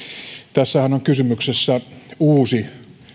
tässähän on kysymyksessä uusi